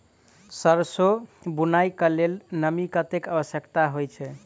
सैरसो बुनय कऽ लेल नमी कतेक आवश्यक होइ छै?